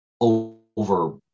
over